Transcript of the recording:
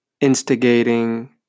instigating